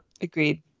Agreed